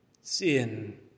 sin